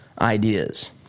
ideas